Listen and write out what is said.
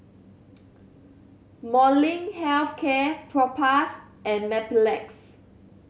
Molnylcke Health Care Propass and Mepilex